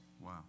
Wow